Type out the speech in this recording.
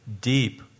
deep